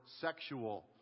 sexual